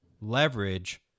leverage